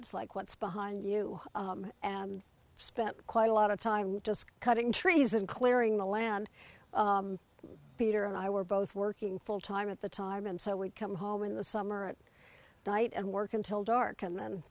woods like what's behind you and spent quite a lot of time just cutting trees and clearing the land peter and i were both working full time at the time and so we'd come home in the summer at night and work until dark and